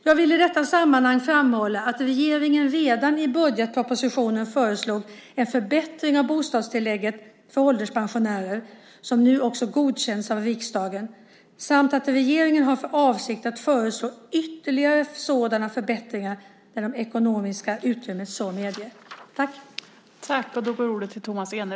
Jag vill i detta sammanhang framhålla att regeringen redan i budgetpropositionen föreslog en förbättring av bostadstillägget för ålderspensionärer, som nu godkänts av riksdagen, samt att regeringen har för avsikt att föreslå ytterligare sådana förbättringar när det ekonomiska utrymmet så medger.